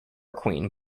queen